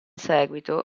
seguito